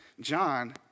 John